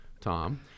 Tom